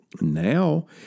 Now